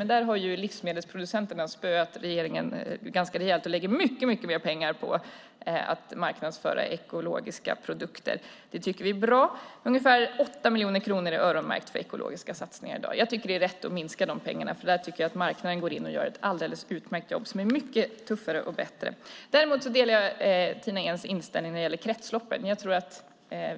Men där har livsmedelsproducenterna spöat regeringen ganska rejält och lägger mycket mer pengar på att marknadsföra ekologiska produkter. Det tycker vi är bra. Ungefär 8 miljoner kronor är i dag öronmärkta för ekologiska satsningar. Jag tycker att det är rätt att minska de pengarna. Där går marknaden in och gör ett alldeles utmärkt jobb som är mycket tuffare och bättre. Däremot delar jag Tina Ehns inställning när det gäller kretsloppen. Jag tror att